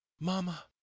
Mama